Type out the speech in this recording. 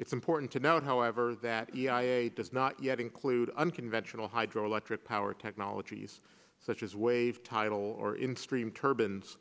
it's important to note however that does not yet include unconventional hydroelectric power technologies such as wave title or in stream turbans